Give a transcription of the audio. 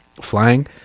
Flying